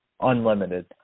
unlimited